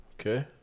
Okay